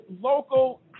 local